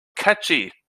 catchy